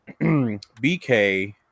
BK